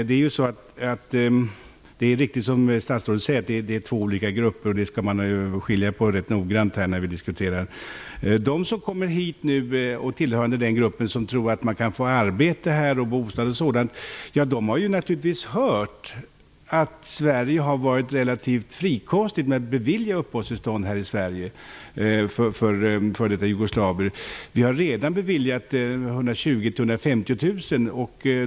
Herr talman! Det är riktigt som statsrådet sade att det är två olika grupper, och dem skall man skilja på rätt noggrant i diskussionen. De som nu kommer hit och tror att de kan få arbete och bostad här har naturligtvis hört att Sverige har varit relativt frikostigt med att bevilja uppehållstillstånd för f.d. jugoslaver. Vi har redan beviljat uppehållstillstånd för 120 000--150 000 personer.